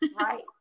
right